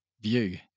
view